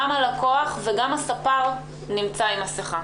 גם הלקוח וגם הספר נמצאים עם מסכה.